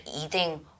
eating